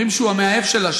אומרים שהוא המאהב שלה,